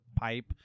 pipe